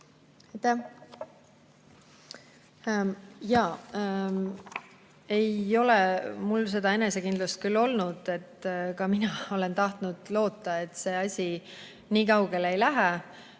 Ei ole mul seda enesekindlust küll olnud. Ka mina olen lootnud, et see asi nii kaugele ei lähe.